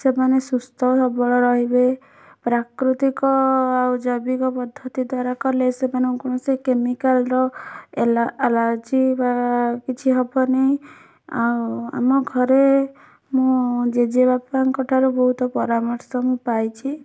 ସେମାନେ ସୁସ୍ଥ ସବଳ ରହିବେ ପ୍ରାକୃତିକ ଆଉ ଜୈବିକ ପଦ୍ଧତି ଦ୍ଵାରା କଲେ ସେମାନଙ୍କୁ କୌଣସି କେମିକାଲର ଏଲା ଆଲର୍ଜୀ ବା କିଛି ହବନାହିଁ ଆଉ ଆମ ଘରେ ମୋ ଜେଜେବାପାଙ୍କଠାରୁ ବହୁତ ପରାମର୍ଶ ମୁଁ ପାଇଛି